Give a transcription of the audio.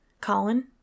Colin